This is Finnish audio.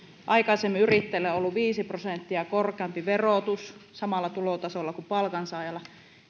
aikaisemmin yrittäjällä on ollut viisi prosenttia korkeampi verotus samalla tulotasolla kuin palkansaajalla